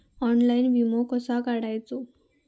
Online विमो कसो काढायचो?